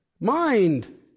Mind